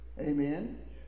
amen